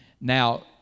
Now